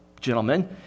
gentlemen